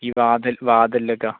ഈ വാതിലിലിലൊക്കെ